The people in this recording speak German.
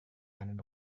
einen